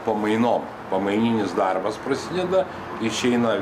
pamainom pamaininis darbas prasideda išeina